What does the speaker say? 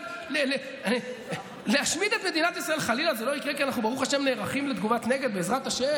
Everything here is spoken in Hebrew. להגיד: אנחנו לא חלק מהם.